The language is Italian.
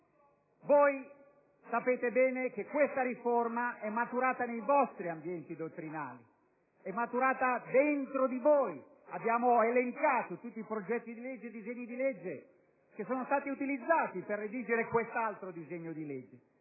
Sapete bene che questa riforma è maturata nei vostri ambienti dottrinari, è maturata dentro di voi. Abbiamo elencato tutti i progetti ed i disegni di legge utilizzati per redigere il disegno di legge